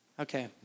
Okay